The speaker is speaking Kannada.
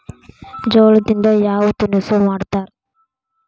ಜೋಳದಿಂದ ಯಾವ ತಿನಸು ಮಾಡತಾರ?